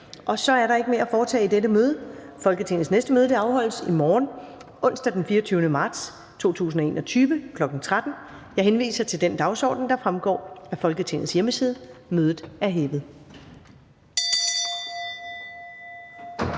Der er ikke mere at foretage i dette møde. Folketingets næste møde afholdes i morgen, onsdag den 24. marts 2021, kl. 13.00. Jeg henviser til den dagsorden, der fremgår af Folketingets hjemmeside. Mødet er hævet.